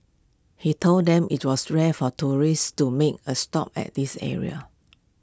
he told them IT was rare for tourists to make A stop at this area